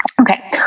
Okay